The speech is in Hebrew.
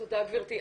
תודה גבירתי.